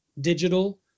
digital